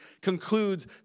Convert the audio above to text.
concludes